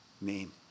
name